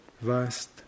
vast